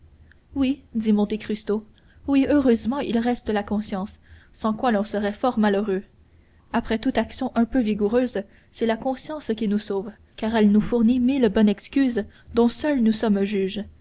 oui dit monte cristo oui heureusement il reste la conscience sans quoi l'on serait fort malheureux après toute action un peu vigoureuse c'est la conscience qui nous sauve car elle nous fournit mille bonnes excuses dont seuls nous sommes juges